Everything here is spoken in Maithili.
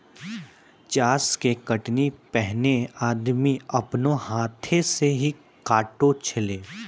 चास के कटनी पैनेहे आदमी आपनो हाथै से ही काटै छेलै